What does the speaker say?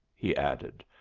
he added.